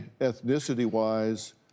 ethnicity-wise